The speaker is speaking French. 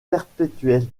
perpétuelle